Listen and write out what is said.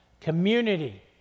Community